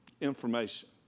information